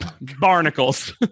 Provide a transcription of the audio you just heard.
barnacles